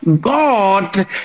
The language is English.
God